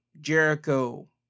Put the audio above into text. Jericho